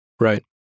Right